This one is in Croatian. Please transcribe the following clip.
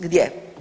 Gdje?